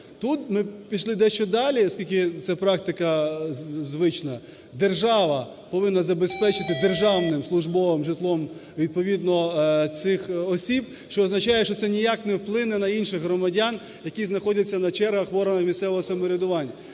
Тут ми пішли дещо далі, оскільки це практика звична, держава повинна забезпечити державним службовим житлом відповідно цих осіб, що означає, що це ніяк не вплине на інших громадян, які знаходяться на чергах в органах місцевого самоврядування.